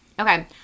Okay